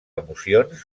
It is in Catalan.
emocions